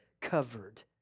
covered